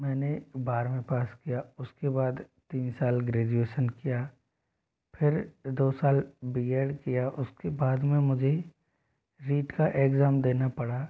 मैंने बारहवीं पास किया उसके बाद तीन साल ग्रेजुएशन किया फिर दो साल बी एड किया उसके बाद में मुझे रीट का एग्जाम देना पड़ा